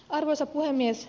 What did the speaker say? arvoisa puhemies